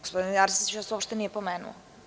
Gospodin Arsić vas uopšte nije pomenuo.